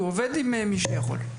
הוא עובד עם מי שיכול.